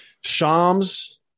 shams